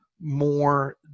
more